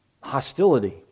hostility